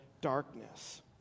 darkness